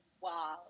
Wow